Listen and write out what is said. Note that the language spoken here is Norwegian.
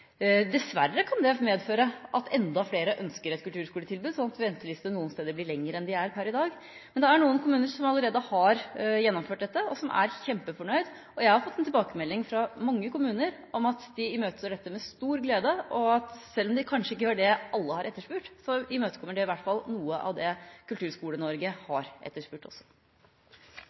dessverre blir lengre enn de er per i dag. Det er noen kommuner som allerede har gjennomført dette, og som er kjempefornøyd. Jeg har fått tilbakemelding fra mange kommuner om at de imøteser dette med stor glede. Selv om kanskje ikke alle får det de har etterspurt, imøtekommer det i hvert fall noe av det Kulturskole-Norge har etterspurt også.